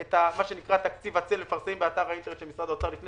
את תקציב הצל באתר האינטרנט של משרד האוצר לפני